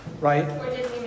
right